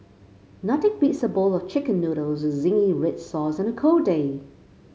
nothing beats a bowl of chicken noodles with zingy red sauce on a cold day